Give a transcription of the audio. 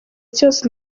cyose